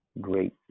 great